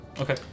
Okay